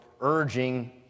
urging